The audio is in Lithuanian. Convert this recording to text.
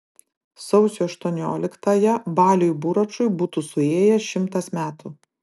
sausio aštuonioliktąją baliui buračui būtų suėję šimtas metų